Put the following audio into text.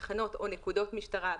תחנות או נקודות משטרה,